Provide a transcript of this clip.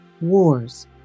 wars